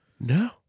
No